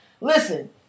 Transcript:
Listen